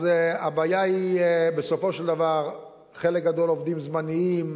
הבעיה היא בסופו של דבר שחלק גדול זה עובדים זמניים,